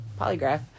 Polygraph